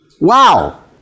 Wow